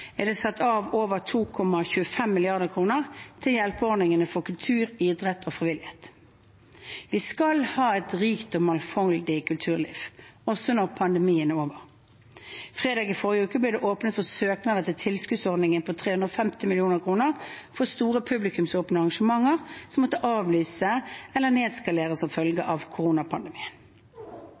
er det satt av over 2,25 mrd. kr til hjelpeordninger for kultur, idrett og frivillighet. Vi skal ha et rikt og mangfoldig kulturliv, også når pandemien er over. Fredag i forrige uke ble det åpnet for søknader til tilskuddsordningen på 350 mill. kr for store publikumsåpne arrangementer som har måttet avlyse eller nedskalere som følge av